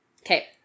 Okay